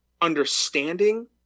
understanding